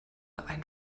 ein